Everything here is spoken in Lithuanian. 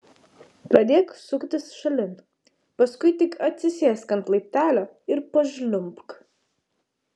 pradėk suktis šalin paskui tik atsisėsk ant laiptelio ir pažliumbk